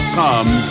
come